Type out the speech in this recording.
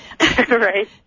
Right